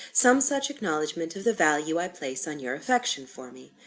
some such acknowledgment of the value i place on your affection for me,